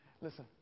Listen